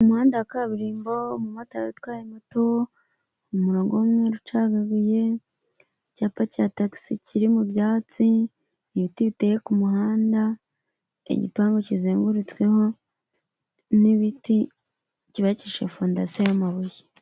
Umuhanda wa kaburimbo, umumotari utwaye mato, umurongo w'umweru ucagaguye, icyapa cya tagisi kiri mu byatsi, ibiti biteye ku muhanda, igipangu kizengurutsweho n'ibiti byubakisha fondasiyo y'amabuye.